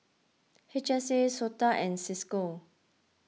H S A Sota and Cisco